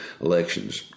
elections